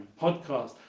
podcast